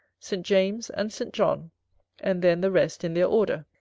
st. james, and st. john and, then, the rest in their order.